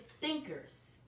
thinkers